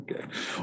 Okay